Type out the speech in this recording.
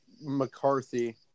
McCarthy